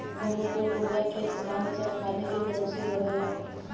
कउनो पेड़ पउधा खेत धान सब खादे के भरोसे बढ़ला